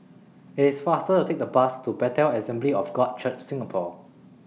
IT IS faster to Take The Bus to Bethel Assembly of God Church Singapore